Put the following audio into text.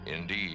Indeed